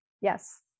Yes